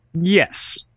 Yes